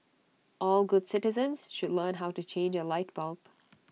all good citizens should learn how to change A light bulb